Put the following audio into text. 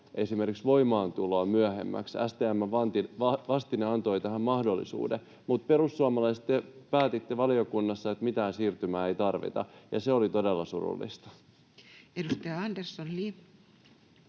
esimerkiksi voimaantuloa myöhemmäksi. STM:n vastine antoi tähän mahdollisuuden, mutta, perussuomalaiset, te päätitte valiokunnassa, että mitään siirtymää ei tarvita, ja se oli todella surullista. Edustaja Andersson, Li.